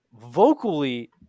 vocally